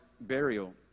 burial